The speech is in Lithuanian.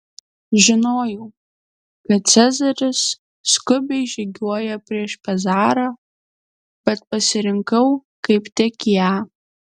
žinojau kad cezaris skubiai žygiuoja prieš pezarą bet pasirinkau kaip tik ją